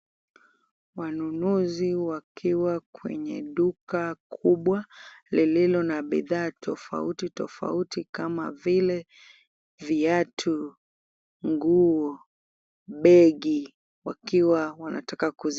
Wanunuzi wakiwa kwenye duka kubwa, lililo na bidhaa tofauti tofauti kama vile; viatu, nguo, begi wakiwa wanataka kuzinunua.